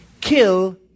kill